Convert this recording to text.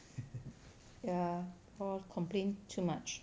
ya or complain too much